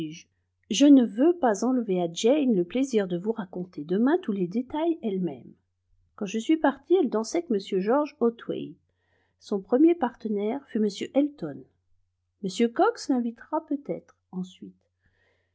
je ne veux pas enlever à jane le plaisir de vous raconter demain tous les détails elle même quand je suis partie elle dansait avec m georges otway son premier partenaire fut m elton m cox l'invitera peut-être ensuite